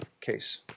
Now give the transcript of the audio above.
case